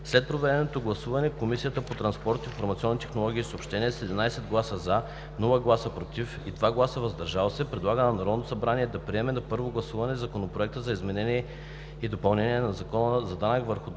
След проведеното гласуване, Комисията по транспорт, информационни технологии и съобщения, с 11 гласа „за“, без „против“ и 2 гласа „въздържали се“ предлага на Народното събрание да приеме на първо гласуване Законопроект за изменение и допълнение на Закона за данък върху добавената